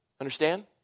Understand